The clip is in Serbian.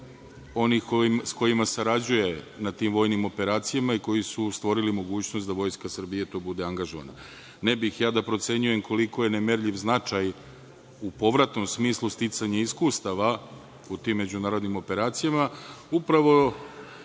onih s kojima sarađuje na tim vojnim operacijama i koji su stvorili mogućnost da Vojska Srbije tu bude angažovana. Ne bih da procenjujem koliko je nemerljiv značaj u povratnom smislu sticanja iskustava u tim međunarodnim operacijama, upravo